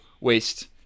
waste